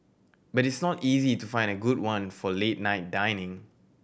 but it's not easy to find a good one for late night dining